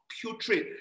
putrid